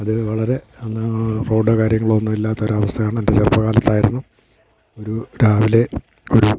അത് വളരെ അന്ന് റോഡോ കാര്യങ്ങളോ ഒന്നും ഇല്ലാത്ത ഒരു അവസ്ഥയാണ് എൻ്റെ ചെറുപ്പകാലത്തായിരുന്നു ഒരു രാവിലെ ഒരു